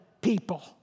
people